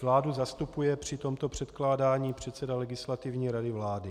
Vládu zastupuje při tomto předkládání předseda Legislativní rady vlády.